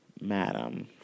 madam